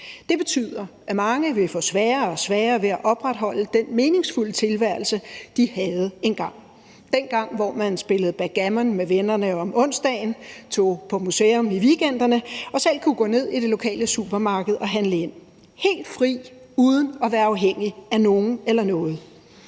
Det betyder, at mange vil få sværere og sværere ved at opretholde den meningsfulde tilværelse, de havde engang – dengang, hvor man spillede backgammon med vennerne om onsdagen, tog på museum i weekenderne og selv kunne gå ned i det lokale supermarked og handle ind, helt fri og uden at være afhængig af nogen eller noget.